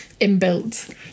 inbuilt